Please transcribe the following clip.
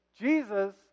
Jesus